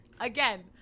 again